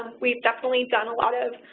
we've definitely done a lot of